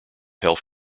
health